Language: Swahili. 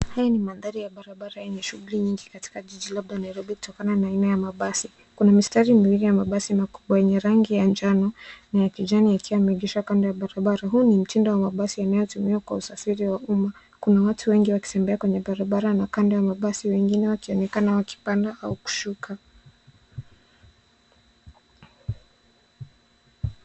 Haya ni mandhari ya barabara yenye shughuli nyingi katika jiji labda ya Nairobi kutokana na aina ya mabasi. Kuna mistari miwili ya mabasi makubwa yenye rangi ya manjano na ya kijani yakiwa yameegeshwa kando ya barabara. Huu ni mtindo wa mabasi yanayotumiwa kwa usafiri wa umma. Kuna watu wengi wakitembea kwenye barabara na kando ya mabasi wengine wakionekana wakipanda au kushuka.